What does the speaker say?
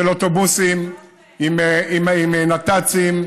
של אוטובוסים עם נת"צים,